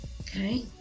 okay